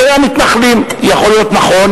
שהרבה פעמים אני שומע "מתנחלים"; יכול להיות נכון,